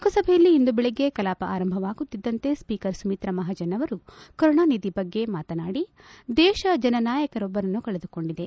ಲೋಕಸಭೆಯಲ್ಲಿ ಇಂದು ಬೆಳಗ್ಗೆ ಕಲಾಪ ಆರಂಭವಾಗುತ್ತಿದ್ದಂತೆ ಸ್ಪೀಕರ್ ಸುಮಿತ್ರ ಮಹಾಜನ್ ಅವರು ಕರುಣಾನಿಧಿ ಬಗ್ಗೆ ಮಾತನಾಡಿ ದೇಶ ಜಸನಾಯಕಸೊಬ್ಬರನ್ನು ಕಳೆದುಕೊಂಡಿದೆ